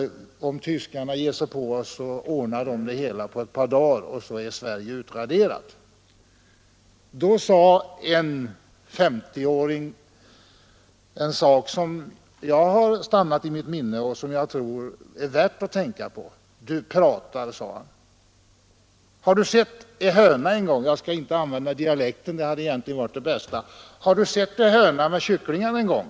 Om tyskarna ger sig på oss ordnar de det hela på ett par dagar, och sedan är Sverige utraderat! ” Då sade en 50-åring något som har stannat i mitt minne och som jag tror är värt att tänka på. ”Du pratar”, sade han, ”har du sett en höna med kycklingar någon gång?